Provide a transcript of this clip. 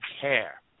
care